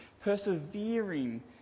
persevering